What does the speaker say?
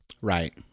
Right